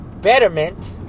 Betterment